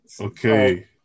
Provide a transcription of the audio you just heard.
Okay